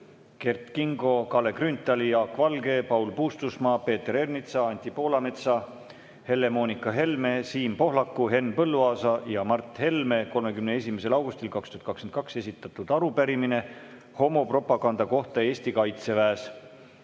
Kert Kingo, Kalle Grünthali, Jaak Valge, Paul Puustusmaa, Peeter Ernitsa, Anti Poolametsa, Helle-Moonika Helme, Siim Pohlaku, Henn Põlluaasa ja Mart Helme 31. augustil 2022 esitatud arupärimine homopropaganda kohta Eesti Kaitseväes.